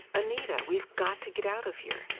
anita, we've got to get out of here!